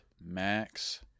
Max